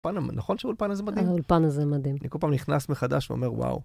נכון שהאולפן הזה מדהים, אני כל פעם נכנס מחדש ואומר וואו.